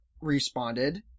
responded